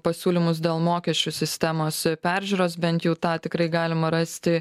pasiūlymus dėl mokesčių sistemos peržiūros bent jau tą tikrai galima rasti